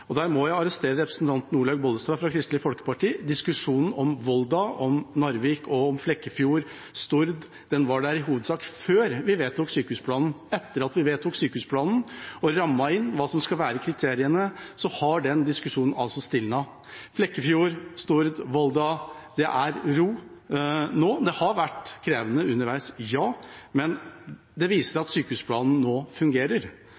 Og der må jeg arrestere representanten Olaug V. Bollestad fra Kristelig Folkeparti: Diskusjonen om Volda, Narvik, Flekkefjord og Stord var der i hovedsak før vi vedtok sykehusplanen. Etter at vi vedtok sykehusplanen og rammet inn hva som skal være kriteriene, har den diskusjonen stilnet. Flekkefjord, Stord, Volda – det er ro nå. Det har vært krevende underveis, ja, men det viser at sykehusplanen nå fungerer.